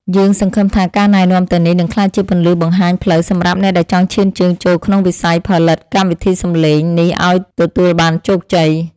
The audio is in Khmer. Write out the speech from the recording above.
យើងសង្ឃឹមថាការណែនាំទាំងនេះនឹងក្លាយជាពន្លឺបង្ហាញផ្លូវសម្រាប់អ្នកដែលចង់ឈានជើងចូលក្នុងវិស័យផលិតកម្មវិធីសំឡេងនេះឱ្យទទួលបានជោគជ័យ។